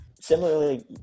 similarly